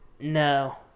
No